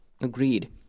Agreed